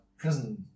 prison